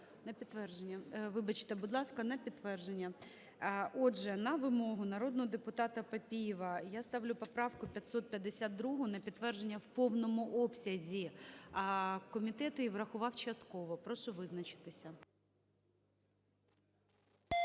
Вибачте, будь ласка, на підтвердження. Отже, на вимогу народного депутатаПапієва я ставлю поправку 552 на підтвердження в повному обсязі, а комітет її врахував частково. Прошу визначитися.